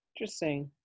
Interesting